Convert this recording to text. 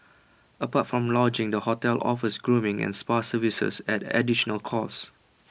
apart from lodgings the hotel offers grooming and spa services at additional cost